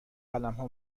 قلمها